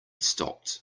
stopped